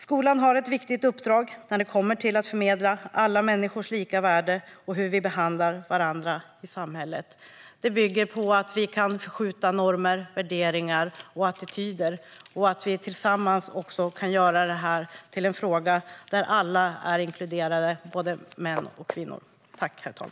Skolan har ett viktigt uppdrag när det gäller att förmedla alla människors lika värde och hur vi behandlar varandra i samhället. Det bygger på att vi kan förskjuta normer, värderingar och attityder och att vi tillsammans kan göra det här till en fråga där alla är inkluderade, både män och kvinnor, herr talman.